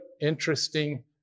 interesting